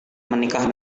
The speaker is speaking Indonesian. menikah